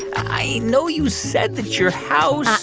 i know you said that your house.